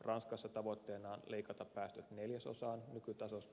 ranskassa tavoitteena on leikata päästöt neljäsosaan nykytasosta